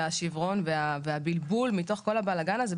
השברון והבלבול מתוך כל הבלגן הזה,